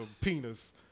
penis